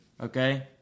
okay